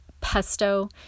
pesto